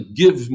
give